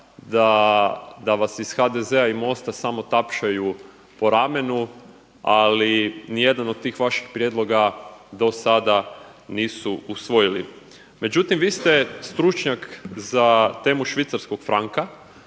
da vas iz HDZ-a i MOST-a samo tapšaju po ramenu. Ali ni jedan od tih vaših prijedloga do sada nisu usvojili. Međutim, vi ste stručnjak za temu švicarskog franka,